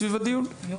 אביגיל,